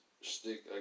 stick